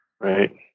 Right